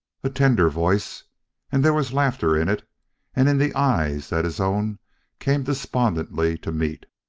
a tender voice and there was laughter in it and in the eyes that his own came despondently to meet.